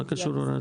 מה קשור הוראת שעה?